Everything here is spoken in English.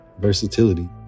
versatility